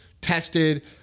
tested